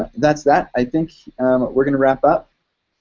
that's that. i think we're gonna wrap up.